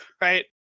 right